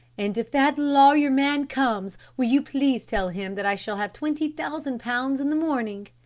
and if that lawyer man comes, will you please tell him that i shall have twenty thousand pounds in the morning,